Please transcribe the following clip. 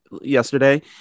yesterday